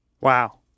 Wow